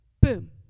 boom